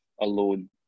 alone